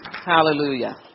Hallelujah